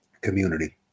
community